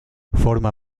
forma